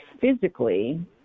physically